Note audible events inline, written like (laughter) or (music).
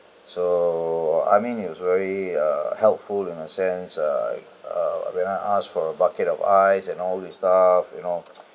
so I mean he was very helpful in a sense uh uh when I asked for a bucket of ice and all the stuff you know (noise)